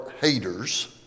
haters